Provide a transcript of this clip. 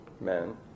men